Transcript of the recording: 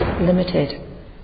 limited